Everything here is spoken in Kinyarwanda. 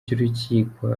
cy’urukiko